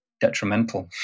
detrimental